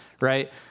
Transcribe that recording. right